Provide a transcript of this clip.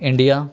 India